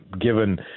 Given